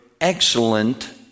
excellent